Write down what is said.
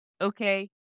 okay